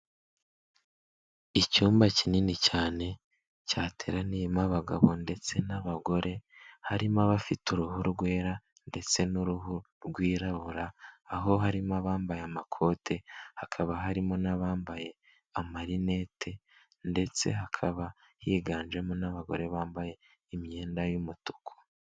Icyumba kinini cyane cyateraniyemo abagabo ndetse n'abagore, harimo abafite uruhu rwera ndetse n'uruhu rwirabura aho harimo abambaye amakote, hakaba harimo n'abambaye amarinete ndetse hakaba higanjemo n'abagore bambaye imyenda y'umutuku.